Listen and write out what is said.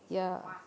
ya